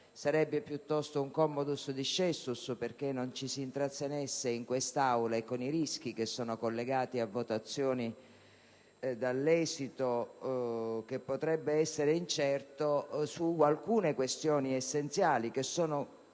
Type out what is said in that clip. sarebbe piuttosto un *commodus discessus* perché non ci si intrattenesse in quest'Aula, con i rischi che sono collegati a votazioni dall'esito che potrebbe essere incerto, su alcune questioni essenziali, che sono